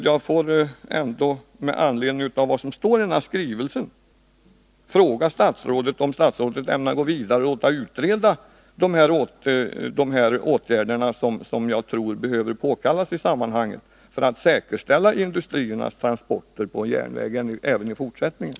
Jag får med anledning av vad som står i den här skrivelsen fråga statsrådet om statsrådet ämnar gå vidare och låta utreda de åtgärder som jag tror behöver påkallas för att säkerställa industriernas möjligheter till järnvägstransporter även i fortsättningen.